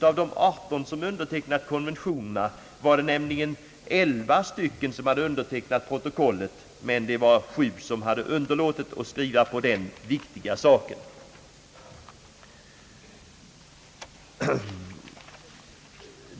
Av de 18 stater som har undertecknat konventionerna var det nämligen 11 som hade undertecknat protokollet, medan 7 hade underlåtit att skriva på den viktiga handlingen.